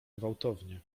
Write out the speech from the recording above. gwałtownie